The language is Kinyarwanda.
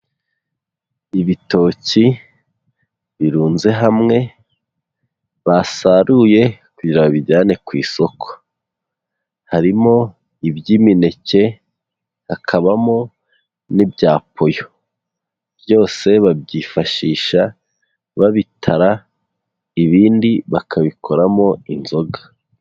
Ibitoki birunze hamwe, basaruye kugira babijyane ku isoko, harimo iby'imineke, hakabamo n'ibya poyo, byose babyifashisha babitara, ibindi bakabikoramo inzoga.